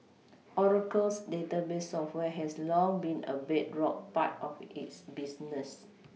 Oracle's database software has long been a bedrock part of its business